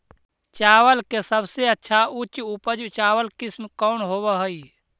चावल के सबसे अच्छा उच्च उपज चावल किस्म कौन होव हई?